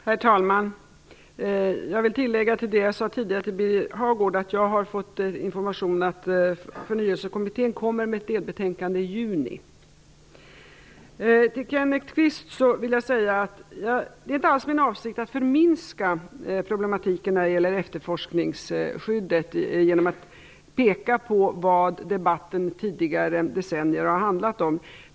Herr talman! Till det som jag sade tidigare till Birger Hagård vill jag lägga att jag har fått information om att Förnyelsekommittén kommer med ett delbetänkande i juni. Kenneth Kvist, det är inte alls min avsikt att förminska problematiken när det gäller efterforskningsskyddet genom att peka på vad debatten under tidigare decennier har handlat om.